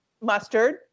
mustard